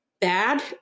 bad